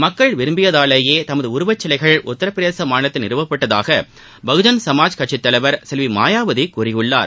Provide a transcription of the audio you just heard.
மக்கள் விரும்பியதாலேயே தமது உருவச் சிலைகள் உத்தரப் பிரதேச மாநிலத்தில் நிறுவப்பட்டதாக பகுஜன் சமாஜ் கட்சித் தலைவர் செல்வி மாயாவதி கூறியுள்ளார்